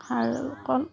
খাৰ কণ